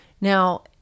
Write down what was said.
Now